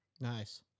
Nice